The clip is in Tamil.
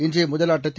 இன்றைய முதல் ஆட்டத்தில்